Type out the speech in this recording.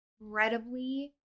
incredibly